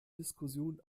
diskussion